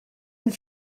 une